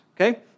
Okay